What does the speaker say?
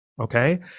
Okay